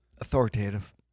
Authoritative